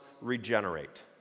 regenerate